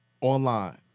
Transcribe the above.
Online